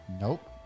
Nope